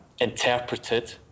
interpreted